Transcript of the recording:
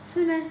是 meh